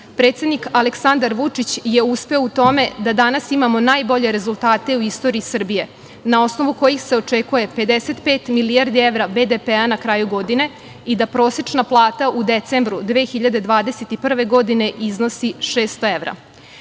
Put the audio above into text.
predsednik Aleksandar Vučić, je uspeo u tome da danas imamo najbolje rezultate u istoriji Srbije, na osnovu kojih se očekuje 55 milijardi evra, BDP na kraju godine i da prosečna plata u decembru 2021. godine iznosi 600